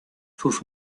sus